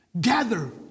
gather